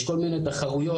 יש כל מיני תחרויות,